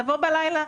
נבוא בלילה,